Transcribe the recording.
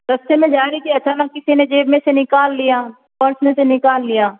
रास्ते में जा रही थी अचानक किसी ने जेब में से निकाल लिया पर्स में से निकाल लिया